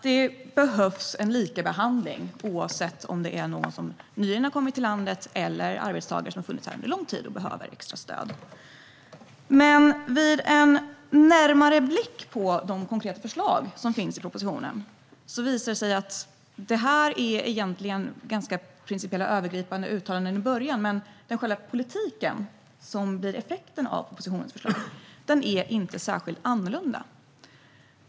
Det behövs likabehandling oavsett om det är någon som nyligen har kommit till landet eller om det är arbetstagare som har funnits här under lång tid och som behöver extra stöd. Men vid en närmare blick på de konkreta förslag som finns i propositionen visar det sig att det egentligen är ganska principiella, övergripande uttalanden i början och att själva den politik som blir effekten av propositionens förslag inte är särskilt annorlunda.